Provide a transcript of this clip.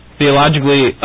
Theologically